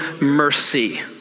mercy